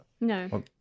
No